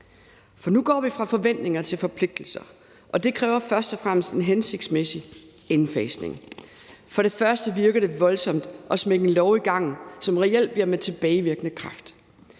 For nu går vi fra forventninger til forpligtelser, og det kræver først og fremmest en hensigtsmæssig indfasning. For det første virker det voldsomt at smække en lov i gang, som reelt bliver med tilbagevirkende kraft.